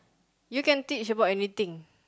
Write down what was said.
you can teach about anything